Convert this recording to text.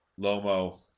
Lomo